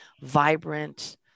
vibrant